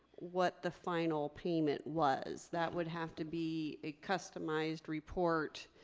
what the final payment was. that would have to be a customized report